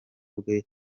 bwe